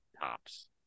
tops